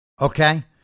Okay